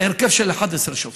הרכב של 11 שופטים,